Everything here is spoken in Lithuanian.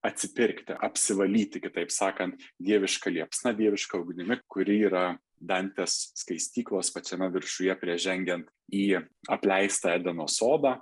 atsipirkti apsivalyti kitaip sakant dieviška liepsna dieviška ugnimi kuri yra dantės skaistyklos pačiame viršuje prieš žengiant į apleistą edeno sodą